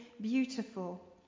beautiful